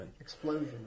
explosion